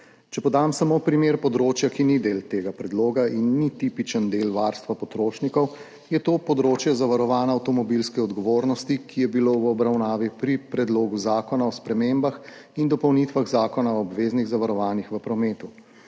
Če podam samo primer področja, ki ni del tega predloga in ni tipičen del varstva potrošnikov, je to področje zavarovanja avtomobilske odgovornosti, ki je bilo v obravnavi pri Predlogu zakona o spremembah in dopolnitvah Zakona o obveznih zavarovanjih v prometu.